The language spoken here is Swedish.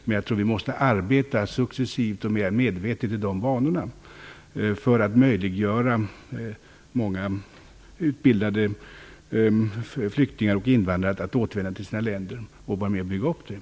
Men jag tror att vi måste arbeta successivt och mer medvetet i de banorna för att möjliggöra för många utbildade flyktingar och invandrare att återvända till sina länder och vara med och bygga upp dem.